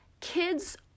kids